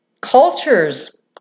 cultures